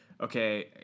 okay